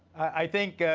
i think,